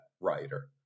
writer